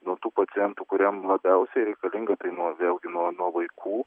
nuo tų pacientų kuriem labiausiai reikalinga tai nuo vėlgi nuo nuo vaikų